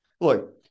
Look